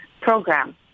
program